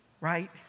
right